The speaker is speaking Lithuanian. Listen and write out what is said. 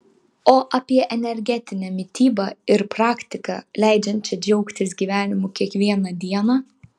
o apie energetinę mitybą ir praktiką leidžiančią džiaugtis gyvenimu kiekvieną dieną